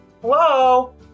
hello